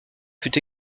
fut